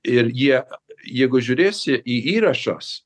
ir jie jeigu žiūrėsi į įrašas